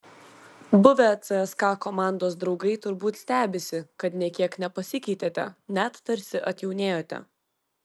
buvę cska komandos draugai turbūt stebisi kad nė kiek nepasikeitėte net tarsi atjaunėjote